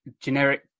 generic